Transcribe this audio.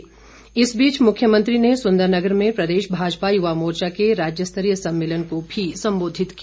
मुख्यमंत्री ने इस बीच मुख्यमंत्री ने सुंदरनगर में प्रदेश भाजपा युवा मोर्चा के राज्य स्तरीय सम्मेलन को भी संबोधित किया